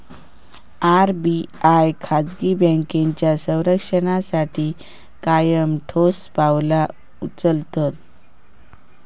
RBI खाजगी बँकांच्या संरक्षणासाठी कायम ठोस पावला उचलता